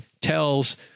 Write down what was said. tells